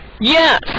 Yes